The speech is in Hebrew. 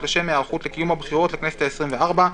לשם היערכות לקיום הבחירות לכנסת העשרים וארבע,